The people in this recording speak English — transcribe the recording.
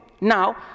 Now